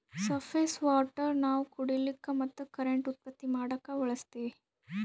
surface water ನಾವ್ ಕುಡಿಲಿಕ್ಕ ಮತ್ತ್ ಕರೆಂಟ್ ಉತ್ಪತ್ತಿ ಮಾಡಕ್ಕಾ ಬಳಸ್ತೀವಿ